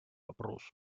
вопросу